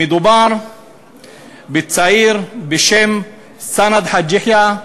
מדובר בצעיר בשם סנד חאג' יחיא,